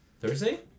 Thursday